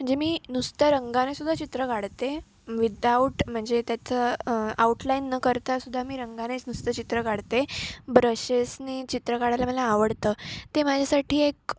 म्हणजे मी नुसत्या रंगानेसुद्धा चित्र काढते विदाऊट म्हणजे त्याचं आऊटलाईन न करता सुद्धा मी रंगानेच नुसतं चित्र काढते ब्रशेसनी चित्र काढायला मला आवडतं ते माझ्यासाठी एक